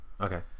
Okay